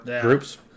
groups